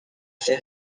fait